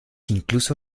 incluso